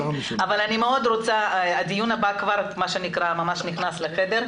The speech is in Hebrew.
אבל הדיון הבא ממש צריך להתחיל,